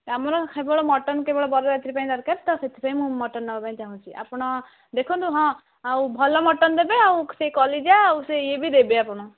ଆମର କେବଳ ମଟନ୍ କେବଳ ବରଯାତ୍ରି ପାଇଁ ଦରକାର ତ ସେଥିପାଇଁ ମୁଁ ମଟନ୍ ନେବାପାଇଁ ଚାହୁଁଛି ଆପଣ ଦେଖନ୍ତୁ ହଁ ଆଉ ଭଲ ମଟନ୍ ଦେବେ ଆଉ ସେ କଲିଜା ଆଉ ସେ ଇଏ ବି ଦେବେ ଆପଣ